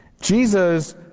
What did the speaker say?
Jesus